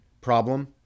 problem